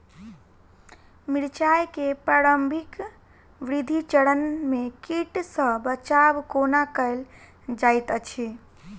मिर्चाय केँ प्रारंभिक वृद्धि चरण मे कीट सँ बचाब कोना कैल जाइत अछि?